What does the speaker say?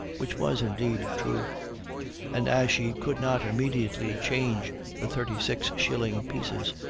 which was indeed true and, as she could not immediately change the thirty-six shilling pieces,